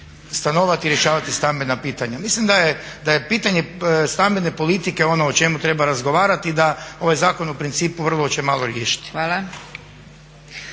stanovati i rješavati stambena pitanja. Mislim da je pitanje stambene politike ono o čemu treba razgovarati i da ovaj zakon u principu vrlo će malo riješiti.